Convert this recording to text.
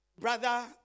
brother